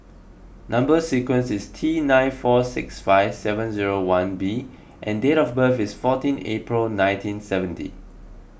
Number Sequence is T nine four six five seven zero one B and date of birth is fourteen April nineteen seventy